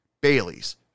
Bailey's